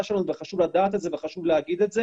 שלנו וחשוב לדעת את זה וחשוב לומר את זה.